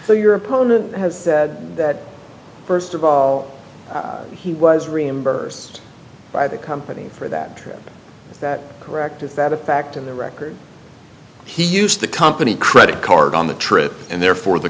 to your opponent has said that first of all he was reimbursed by the company for that trip that correct is that a fact in the record he used the company credit card on the trip and therefore the